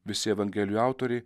visi evangelijų autoriai